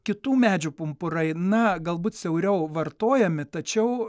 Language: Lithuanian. kitų medžių pumpurai na galbūt siauriau vartojami tačiau